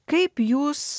kaip jūs